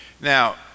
Now